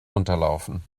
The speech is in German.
unterlaufen